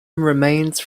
remains